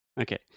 Okay